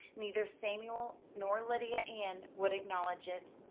neither samuel nor lydia ann would acknowledge it.